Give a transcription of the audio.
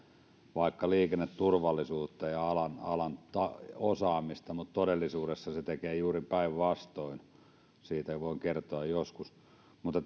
vaikka liikenneturvallisuutta ja alan alan osaamista mutta todellisuudessa se tekee juuri päinvastoin siitä voin kertoa joskus mutta